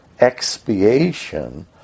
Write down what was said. expiation